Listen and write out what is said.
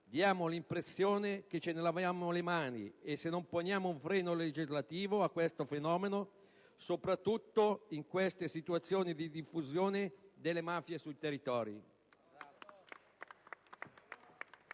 diamo l'impressione che ce ne laviamo le mani se non poniamo un freno legislativo a questo fenomeno, soprattutto in questa situazione di diffusione delle mafie sui territori.